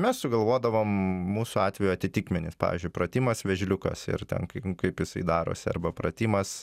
mes sugalvodavom mūsų atveju atitikmenis pavyzdžiui pratimas vėžliukas ir ten kaip kaip jisai darosi arba pratimas